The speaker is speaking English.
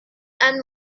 and